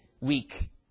weak